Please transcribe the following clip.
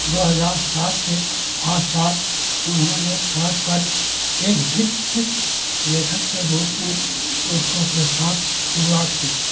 दो हज़ार सात के आसपास उन्होंने सड़क पर एक भित्तिचित्र लेखक के रूप में दोस्तों के साथ शुरुआत की